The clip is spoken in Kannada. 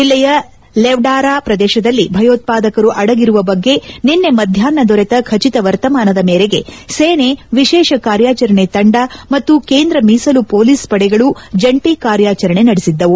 ಜಿಲ್ಲೆಯ ಲೆವ್ಡಾರಾ ಪ್ರದೇಶದಲ್ಲಿ ಭಯೋತ್ಪಾದಕರು ಅಡಗಿರುವ ಬಗ್ಗೆ ನಿನ್ನೆ ಮಧ್ವಾಹ್ನ ದೊರೆತ ಖಚಿತ ವರ್ತಮಾನದ ಮೇರೆಗೆ ಸೇನೆ ವಿಶೇಷ ಕಾರ್ಯಾಚರಣೆ ತಂಡ ಮತ್ತು ಕೇಂದ್ರ ಮೀಸಲು ಪೊಲೀಸ್ ಪಡೆಗಳು ಜಂಟಿ ಕಾರ್ಯಾಚರಣೆ ನಡೆಸಿದ್ದವು